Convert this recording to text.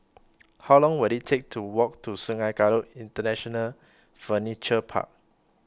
How Long Will IT Take to Walk to Sungei Kadut International Furniture Park